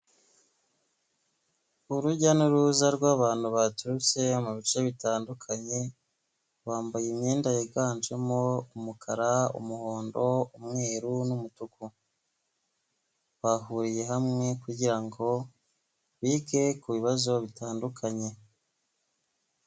Urujya n'uruza rw'abantu baturutse mu bice bitandukanye, bambaye imyenda yiganjemo umukara umuhondo umweru n'umutuku, bahuriye hamwe kugira ngo bige ku bibazo bitandukanye.